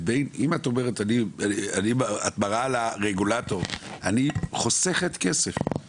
אם את מראה לרגולטור - אני חוסכת כסף.